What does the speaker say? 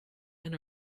and